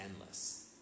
endless